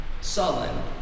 sullen